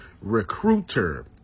Recruiter